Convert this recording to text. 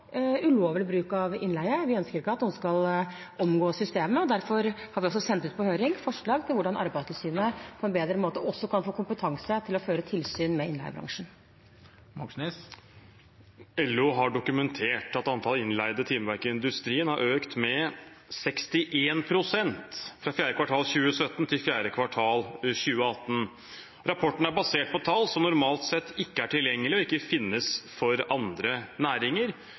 ulovlig bruk av innleie, vi ønsker ikke at noen skal omgå systemet. Derfor har vi sendt ut på høring forslag til hvordan Arbeidstilsynet på en bedre måte kan få kompetanse til å føre tilsyn med innleiebransjen. LO har dokumentert at antall innleide timeverk i industrien har økt med 61 pst. fra fjerde kvartal 2017 til fjerde kvartal 2018. Rapporten er basert på tall som normalt ikke er tilgjengelig og ikke finnes for andre næringer.